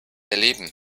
erleben